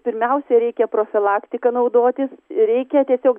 pirmiausia reikia profilaktiką naudoti reikia tiesiog